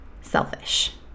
selfish